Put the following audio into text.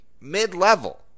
Mid-level